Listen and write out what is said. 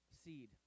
seed